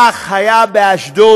כך היה באשדוד,